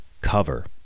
cover